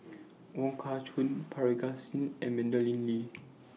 Wong Kah Chun Parga Singh and Madeleine Lee